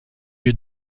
lieu